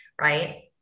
right